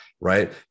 right